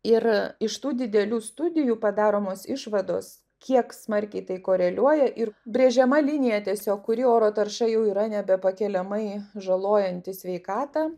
ir iš tų didelių studijų padaromos išvados kiek smarkiai tai koreliuoja ir brėžiama linija tiesiog kuri oro tarša jau yra nebepakeliamai žalojanti sveikatą